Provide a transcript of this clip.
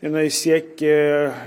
jinai siekė